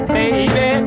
baby